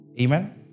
Amen